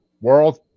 world